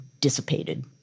dissipated